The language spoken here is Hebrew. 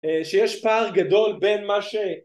שיש פער גדול בין מה ש...